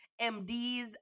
MDs